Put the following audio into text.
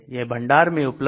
यह भंडार में उपलब्ध है